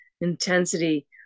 Intensity